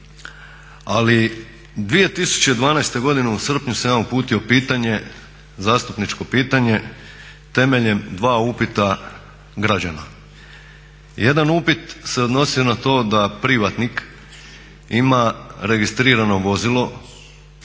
Ali 2012. godine u srpnju sam ja uputio pitanje, zastupničko pitanje temeljem dva upita građana. Jedan upit se odnosio na to da privatnik ima registrirano vozilo